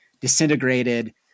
disintegrated